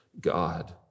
God